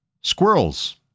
squirrels